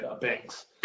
Banks